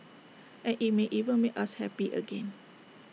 and IT may even make us happy again